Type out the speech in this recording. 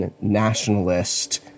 nationalist